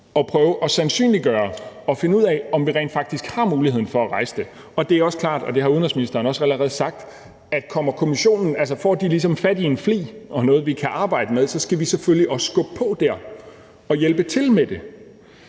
og prøve at sandsynliggøre og finde ud af, om vi rent faktisk har muligheden for at rejse det. Det er også klart, og det har udenrigsministeren også allerede sagt, at får Kommissionen ligesom fat i en flig og noget, vi kan arbejde med, så skal vi selvfølgelig også skubbe på dér og hjælpe til med det.